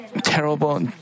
terrible